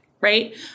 right